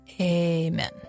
Amen